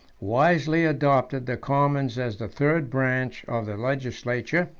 wisely adopted the commons as the third branch of the legislature,